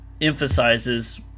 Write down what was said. emphasizes